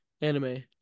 anime